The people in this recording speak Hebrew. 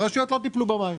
הרשויות לא טיפלו במים.